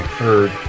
heard